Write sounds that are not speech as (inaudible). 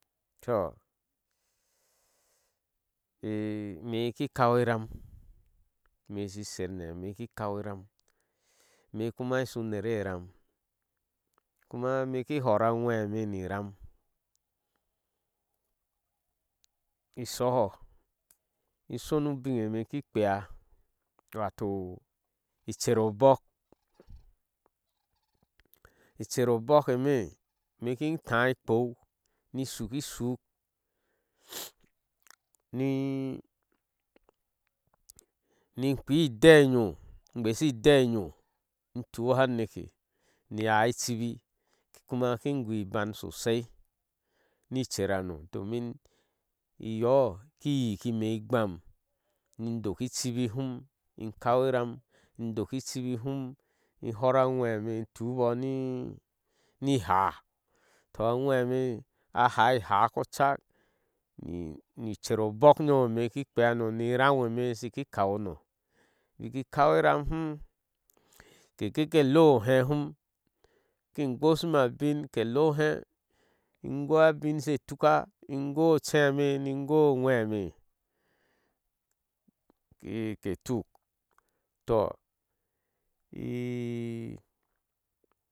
(unintelligible) ime iki kau iram ime. shi sene ime iki kau iram me. kuma ishu unere iram. ime kuma ikin hor aŋweme ni iram isoho insonu ubige eme ikin kpiia wato i cher obok. icher obok eme ime iki taah ekpou ni isukisuk (noise) ni kpii i deh e nyɔɔ in shesi idee nyoh ni ntuha aneke ni imeaai ichibi kuma kin goh uban sosai ni ichedr hano domin inyo ki yiki ine igbam in doki ichibi ni ihum i kawi uram indoki idibi ni him in hor a gweme in tuu booh ni ihaa toh ajweme a haa ihaa kochak ni cher obok inyom meme ikin kpili no ni iram eme ishiki kau no baki inkau iram hum kekike lei ohe hum kin goshi ma abiŋ ke lee oheh ingoi abiŋ she tuka in goi o chema ni ingoi a ŋwɛme ke tuk. (unintelligible) (hesitation)